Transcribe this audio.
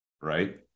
right